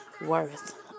worth